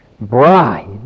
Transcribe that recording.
bride